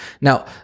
Now